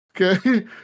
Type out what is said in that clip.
Okay